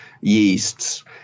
yeasts